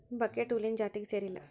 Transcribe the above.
buckwheat ಹುಲ್ಲಿನ ಜಾತಿಗೆ ಸೇರಿಲ್ಲಾ